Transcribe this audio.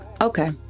Okay